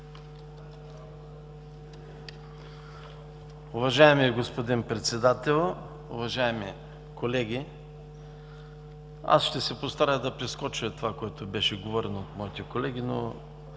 Уважаеми господин Председател, уважаеми колеги! Ще се постарая да прескоча това, което беше говорено от моите колеги, но